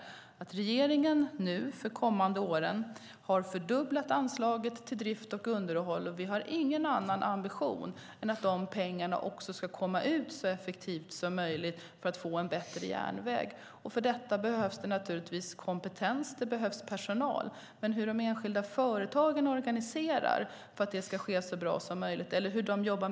Regeringen har för de kommande åren fördubblat anslaget till drift och underhåll. Och vi har ingen annan ambition än att de pengarna ska komma ut så effektivt som möjligt för att vi ska få en bättre järnväg. För detta behövs det naturligtvis kompetens. Det behövs personal. Men hur de enskilda företagen organiserar för att det ska ske så bra som möjligt är faktiskt en fråga för företagen själva.